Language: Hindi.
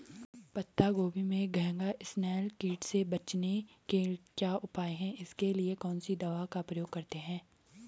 पत्ता गोभी में घैंघा इसनैल कीट से बचने के क्या उपाय हैं इसके लिए कौन सी दवा का प्रयोग करते हैं?